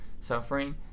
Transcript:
suffering